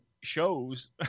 shows